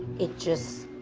it just.